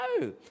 No